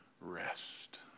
Rest